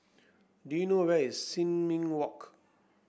do you know where is Sin Ming Walk